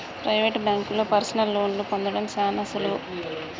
private బాంకుల్లో personal లోన్లు పొందడం సాన సులువు